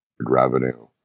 revenue